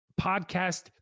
podcast